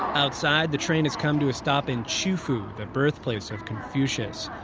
outside, the train has come to stop in qufu, the birthplace of confucius.